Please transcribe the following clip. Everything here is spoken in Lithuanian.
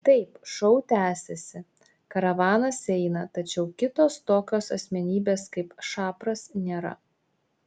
taip šou tęsiasi karavanas eina tačiau kitos tokios asmenybės kaip šapras nėra